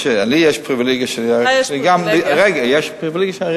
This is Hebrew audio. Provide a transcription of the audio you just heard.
לי יש פריווילגיה, לך יש פריווילגיה.